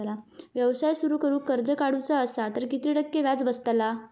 व्यवसाय सुरु करूक कर्ज काढूचा असा तर किती टक्के व्याज बसतला?